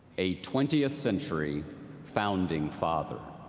a twentieth century founding father.